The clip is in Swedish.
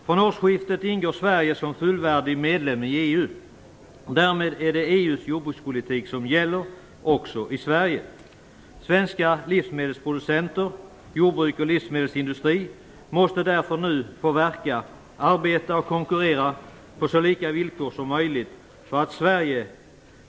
Från årsskiftet ingår Sverige som fullvärdig medlem i EU. Därmed är det EU:s jordbrukspolitik som gäller också i Sverige. Svenska livsmedelsproducenter, jordbruk och livsmedelsindustri måste därför nu få verka, arbeta och konkurrera på så lika villkor som möjligt.